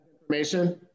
Information